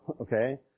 Okay